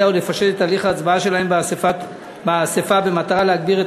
ולפשט את הליך ההצבעה שלהם באספה במטרה להגביר את